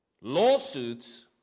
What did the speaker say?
lawsuits